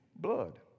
Blood